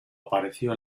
apareció